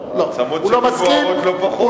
לא, העצמות שלי בוערות לא פחות.